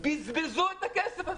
הם בזבזו את הכסף הזה.